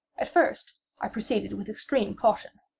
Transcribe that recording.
at first i proceeded with extreme caution,